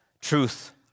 truth